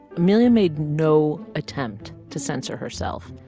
amelia made no attempt to censor herself.